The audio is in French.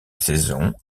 saison